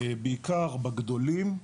בעיקר בגדולים.